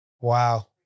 Wow